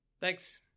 thanks